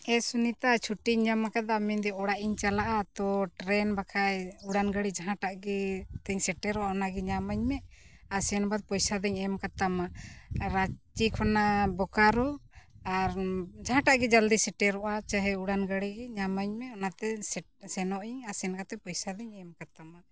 ᱮ ᱥᱩᱱᱤᱛᱟ ᱪᱷᱩᱴᱤᱧ ᱧᱟᱢ ᱟᱠᱟᱫᱟ ᱢᱮᱱᱫᱟᱹᱧ ᱚᱲᱟᱜ ᱤᱧ ᱪᱟᱞᱟᱜᱼᱟ ᱛᱚ ᱴᱨᱮᱱ ᱵᱟᱠᱷᱟᱡ ᱩᱰᱟᱹᱱ ᱜᱟᱹᱰᱤ ᱡᱟᱦᱟᱸᱴᱟᱜ ᱜᱮ ᱛᱤᱧ ᱥᱮᱴᱮᱨᱚᱜᱼᱟ ᱚᱱᱟᱜᱮ ᱧᱟᱢᱟᱹᱧ ᱢᱮ ᱟᱨ ᱥᱮᱱ ᱵᱟᱫ ᱯᱚᱭᱥᱟᱫᱩᱧ ᱮᱢ ᱠᱟᱛᱟᱢᱟ ᱨᱟ ᱪᱤ ᱠᱷᱚᱱᱟᱜ ᱵᱳᱠᱟᱨᱳ ᱟᱨ ᱡᱟᱦᱟᱸᱴᱟᱜ ᱜᱮ ᱡᱚᱞᱫᱤ ᱥᱮᱴᱮᱨᱚᱜᱼᱟ ᱪᱟᱦᱮ ᱩᱰᱟᱹᱱ ᱜᱟᱹᱰᱤ ᱜᱮ ᱧᱟᱢᱟᱹᱧ ᱢᱮ ᱚᱱᱟᱛᱮ ᱥᱮᱱᱚᱜᱼᱟᱹᱧ ᱟᱨ ᱥᱮᱱ ᱠᱟᱛᱮ ᱯᱚᱭᱥᱟ ᱫᱩᱧ ᱮᱢ ᱠᱟᱛᱟᱢᱟ